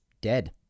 dead